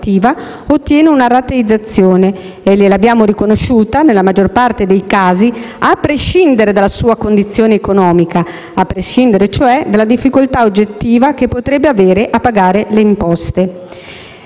ottiene una rateizzazione, che abbiamo riconosciuta, nella maggior parte dei casi, a prescindere dalla condizione economica: a prescindere, cioè, dalla difficoltà oggettiva che potrebbe avere a pagare le imposte.